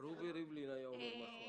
רובי ריבלין היה אומר משהו על זה.